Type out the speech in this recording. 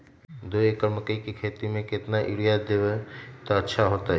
दो एकड़ मकई के खेती म केतना यूरिया देब त अच्छा होतई?